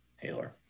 Taylor